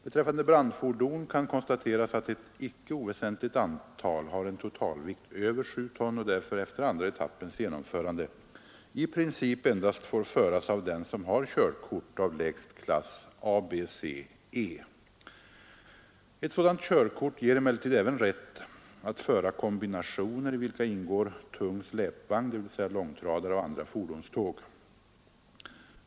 Beträffande brandfordon kan konstateras att ett icke oväsentligt antal har en totalvikt över sju ton och därför efter andra etappens genomförande i princip endast får föras av den som har körkort av lägst klass ABCE. Ett sådant körkort ger emellertid även rätt att föra kombinationer, i vilka ingår tung släpvagn, dvs. långtradare och andra fordonståg.